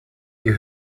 ihr